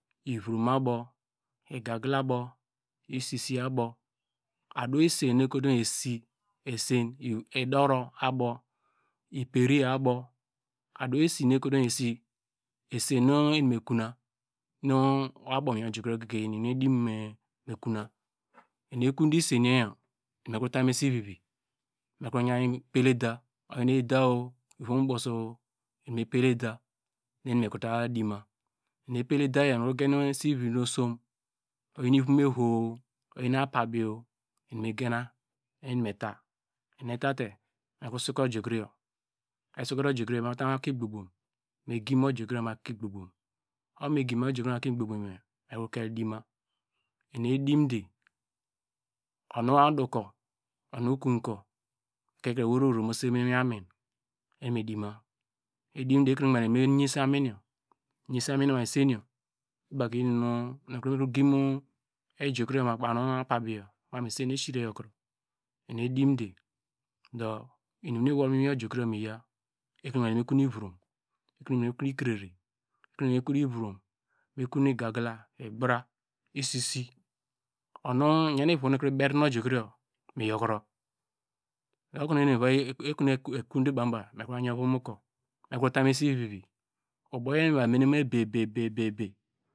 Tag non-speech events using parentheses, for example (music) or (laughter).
Iviom abow, igagila abow, isisi abow, ado esen nu ekotom esen idoro abaw ikperiye abow, ado esi nu eko toma mu esi, esen nu eni mekuna nuabow muiwin ojukroyor gege eni edim mekuna eni ekonde isen yor yo eni mekro tamu esivivi, mekro yiyi pel eda, oyi eda- o ivim ubuso o, eni mepel eda nu eni mekrota dima eni epel edayor me gen esivivi nu osom oyi ivom ehowo, oyi apabi eni megena nu enimeta eni etate mekro soke ojukro yor esokete ojukroyor meta mu akuiqbogbom meqim ojukro yor mu akuigbogbom, okonu me gim ojukroyor mou akuigbobom yor mekro ke dima eni edimde, umuudokuv, o unu- ukumkur, ekikre, owei vro weivro moisemi me mu iwiamin nu enime dima edimde, ekrenuogban ke, eni mi yese aminyor manu isenyor ibaw kuye, me giin ijukroyor mu baw nu apabiyor mamu isenyor isire yorkro eni edimde dow mum nu iwol mu iwin ojukroyor mi yaw, ekrenu ogbanke eni me kon ivromo ekrenu oqbanke me kon ikirere, ekre mikon ivirom, me kon igayila, igbra, isisi, nu, iyan ivonu ikri burnu ojukroyor miyorkro (hesitation) okonu ekonde mu bawnu baw ma yorn mu ivom ukur meda tamu esivivi uboyo nu eni mevu mene mu ebew, ebew, ebew